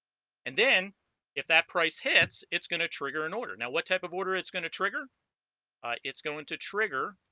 and then if that price hits it's gonna trigger an order now what type of order it's gonna trigger it's going to trigger